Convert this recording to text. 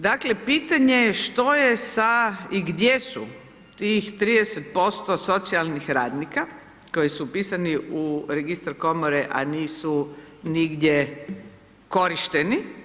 Dakle pitanje je što je sa i gdje su tih 30% socijalnih radnika koji su upisani u registar komore a nisu nigdje korišteni.